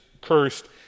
cursed